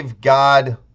God